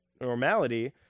normality